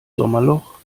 sommerloch